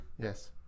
Yes